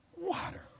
Water